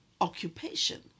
occupation